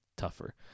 tougher